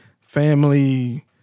family